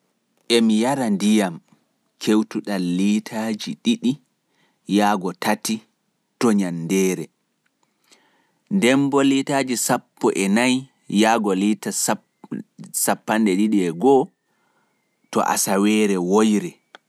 Emi yara ndiyam kewtuɗam litaaji didi yago tati (two to three L iters) to nyandere nden bo litaji sappo e nayi yagolita nogas e go (fourteen-twenty one liters)